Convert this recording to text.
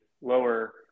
lower